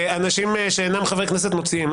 אנשים שאינם חברי כנסת מוציאים,